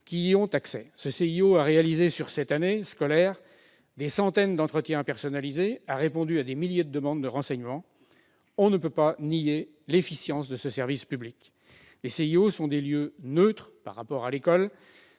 qui y ont accès. Ce CIO a effectué sur cette année scolaire des centaines d'entretiens personnalisés, a répondu à des milliers de demandes de renseignements. L'efficience de ce service public ne peut être niée. Les CIO sont des lieux neutres par rapport à l'école,